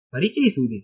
ಪರಿಚಯಿಸುವುದೇ